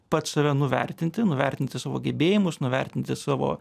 pats save nuvertinti nuvertinti savo gebėjimus nuvertinti savo